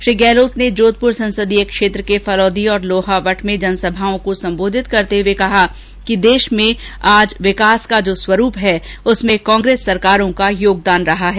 श्री गहलोत ने जोधपुर संसदीय क्षेत्र के फलौदी तथा लोहावट में जनसभाओं को सम्बोधित करते हुए कहा कि देश में आज जो विकास का स्वरूप है उसमें कांग्रेस सरकारों का योगदान रहा है